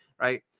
right